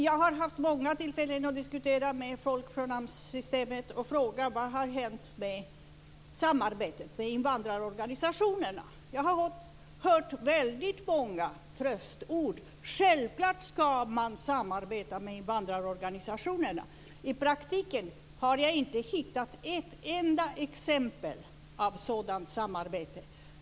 Jag har haft många tillfällen att diskutera med folk från AMS och fråga om vad som har hänt med samarbetet med invandrarorganisationerna. Jag har hört många tröstord; självklart ska man samarbeta med invandrarorganisationerna. I praktiken har jag inte hittat ett enda exempel på sådant samarbete.